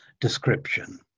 description